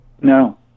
No